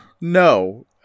No